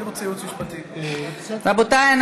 רבותיי,